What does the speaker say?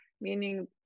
meaning